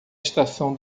estação